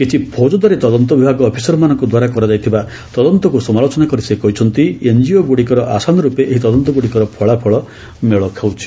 କିଛି ଫୌଜଦାରୀ ତଦନ୍ତ ବିଭାଗ ଅଫିସରମାନଙ୍କଦ୍ୱାରା କରାଯାଇଥିବା ତଦନ୍ତକୁ ସମାଲୋଚନା କରି ସେ କହିଛନ୍ତି ଏନ୍ଜିଓଗୁଡ଼ିକର ଆଶାନୁରୂପୀ ଏହି ତଦନ୍ତଗୁଡ଼ିକର ଫଳାଫଳ ମେଳ ଖାଉଛି